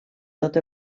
tot